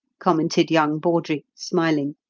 commented young bawdrey, smiling,